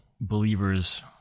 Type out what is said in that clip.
believers